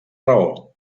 raó